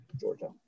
Georgia